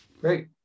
Great